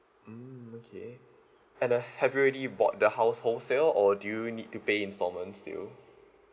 mm okay and uh have you already bought the house wholesale or do you need to pay instalments still